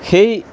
সেই